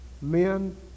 men